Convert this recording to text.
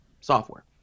software